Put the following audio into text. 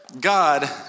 God